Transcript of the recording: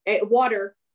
water